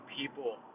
people